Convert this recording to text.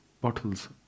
bottles